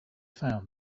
found